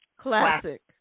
classic